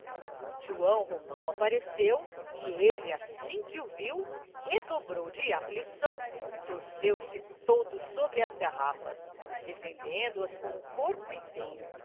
joão romão apareceu e ele assim que o viu redobrou de aflição e torceu se todo sobre as garrafas defendendo as com o corpo inteiro